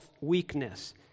weakness